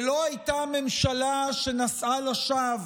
ולא הייתה ממשלה שנשאה לשווא